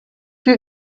you